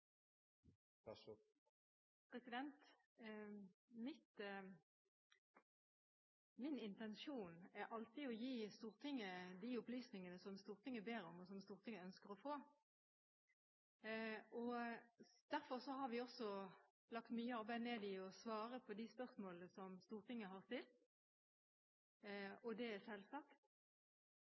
alltid å gi Stortinget de opplysningene Stortinget ber om, og ønsker å få. Derfor har vi også lagt ned mye arbeid i å svare på spørsmålene Stortinget har stilt – og det er selvsagt.